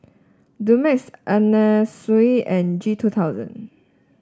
Dumex Anna Sui and G two thousand